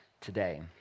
today